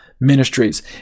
ministries